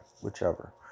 whichever